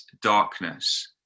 darkness